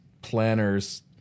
planners